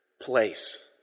Place